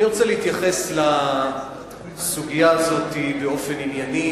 אני רוצה להתייחס לסוגיה הזאת באופן ענייני,